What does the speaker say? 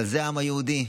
אבל זה העם היהודי,